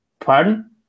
Pardon